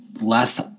last